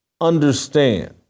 understand